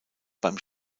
beim